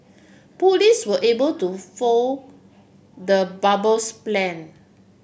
police were able to foil the bomber's plan